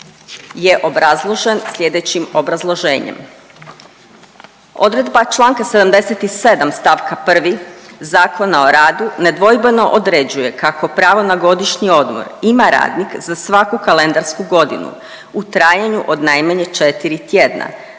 je obrazložen sljedećim obrazloženjem. Odredba članka 77. stavka 1. Zakona o radu nedvojbeno određuje kako pravo na godišnji odmor ima radnik za svaku kalendarsku godinu u trajanju od najmanje 4 tjedna,